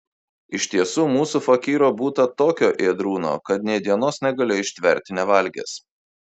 iš tiesų mūsų fakyro būta tokio ėdrūno kad nė dienos negalėjo ištverti nevalgęs